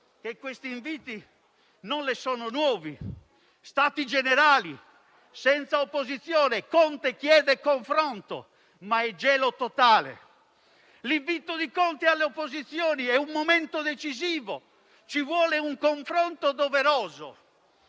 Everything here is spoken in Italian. che questi inviti non le sono nuovi: «Stati Generali senza opposizioni, Conte chiede confronto, ma è gelo totale»; «L'invito di Conte alle opposizioni: "Momento decisivo, confronto doveroso"».